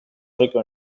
rico